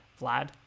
Vlad